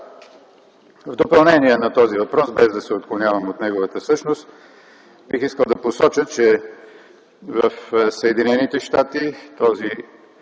В допълнение на този въпрос, без да се отклонявам от неговата същност, бих искал да посоча, че в Съединените щати този